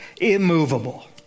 immovable